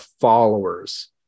followers